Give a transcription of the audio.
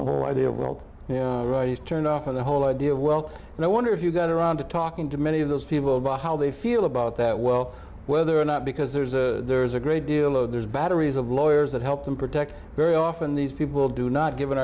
the whole idea world he's turned off of the whole idea of wealth and i wonder if you get around to talking to many of those people about how they feel about that well whether or not because there's a there's a great deal oh there's batteries of lawyers that help them protect very often these people do not given